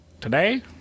Today